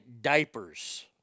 diapers